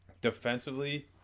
defensively